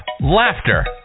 Laughter